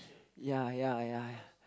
ya ya ya ya